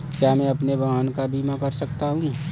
क्या मैं अपने वाहन का बीमा कर सकता हूँ?